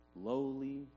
lowly